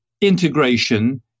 integration